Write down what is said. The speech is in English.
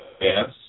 Yes